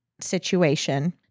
situation